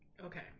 Okay